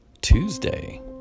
Tuesday